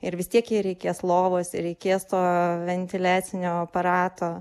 ir vis tiek jei reikės lovos reikės to ventiliacinio aparato